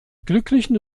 glücklichen